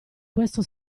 questo